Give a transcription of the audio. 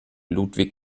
ludwig